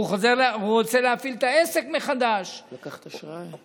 הוא רוצה להפעיל את העסק מחדש, לקחת אשראי.